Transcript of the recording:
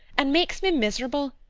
and makes me miserable.